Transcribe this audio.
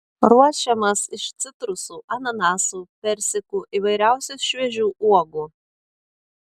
ruošiamas iš citrusų ananasų persikų įvairiausių šviežių uogų